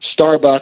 Starbucks